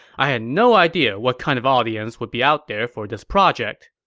i had no idea what kind of audience would be out there for this project.